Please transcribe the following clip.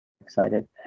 excited